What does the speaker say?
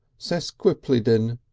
sesquippledan,